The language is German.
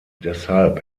deshalb